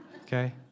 okay